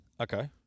Okay